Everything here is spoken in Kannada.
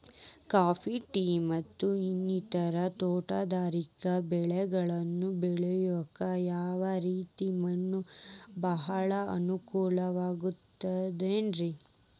ಕಾಫಿ, ಟೇ, ಮತ್ತ ಇನ್ನಿತರ ತೋಟಗಾರಿಕಾ ಬೆಳೆಗಳನ್ನ ಬೆಳೆಯಾಕ ಯಾವ ರೇತಿ ಮಣ್ಣ ಭಾಳ ಅನುಕೂಲ ಆಕ್ತದ್ರಿ?